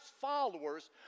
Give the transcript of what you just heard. followers